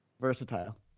versatile